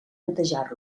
netejar